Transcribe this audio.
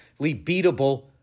beatable